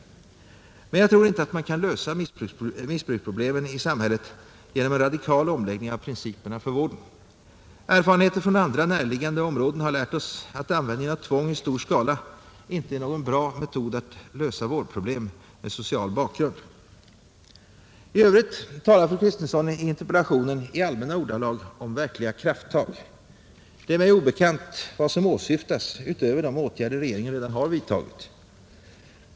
Men jag tror inte att man kan lösa missbruksproblemen i samhället genom en radikal omläggning av principerna för vården. Erfarenheter från andra närliggande områden har lärt oss att användningen av tvång i stor skala inte är någon bra metod att lösa vårdproblem med social bakgrund. I övrigt talar fru Kristensson i interpellationen i allmänna ordalag om ”verkliga krafttag”. Det är mig obekant vad som åsyftas utöver de åtgärder regeringen redan har vidtagit.